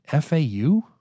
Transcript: FAU